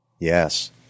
Yes